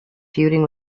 feuding